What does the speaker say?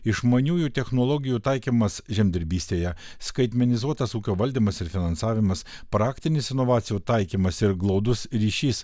išmaniųjų technologijų taikymas žemdirbystėje skaitmenizuotas ūkio valdymas ir finansavimas praktinis inovacijų taikymas ir glaudus ryšys